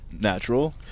natural